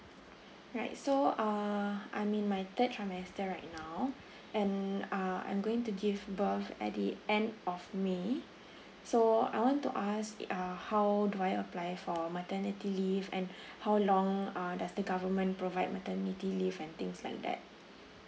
right so uh I'm in my third trimester right now and uh I'm going to give birth at the end of may so I want to ask uh how do I apply for maternity leave and how long uh does the government provide maternity leave and things like that